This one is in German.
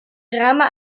drama